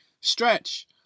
stretch